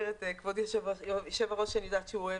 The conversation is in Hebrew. כבוד היושב-ראש, אני יודעת שהוא אוהב